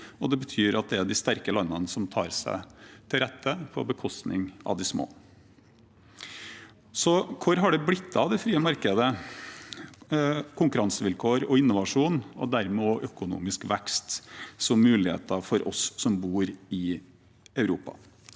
det betyr at det er de sterke landene som tar seg til rette på bekostning av de små. Hvor har det blitt av det frie markedet, konkurransevilkår og innovasjon – og dermed også økonomisk vekst – som muligheter for oss som bor i Europa?